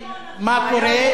מה קורה, זה היה מוסלמי.